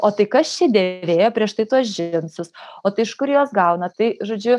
o tai kas čia dėvėjo prieš tai tuos džinsus o tai iš kur juos gaunat tai žodžiu